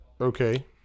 Okay